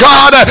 God